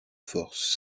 force